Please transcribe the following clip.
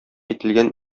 ителгән